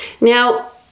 Now